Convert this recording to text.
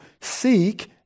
Seek